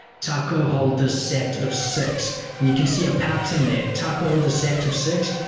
taco holder set of six and you can see a pattern there. taco holder set of six,